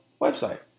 website